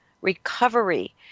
recovery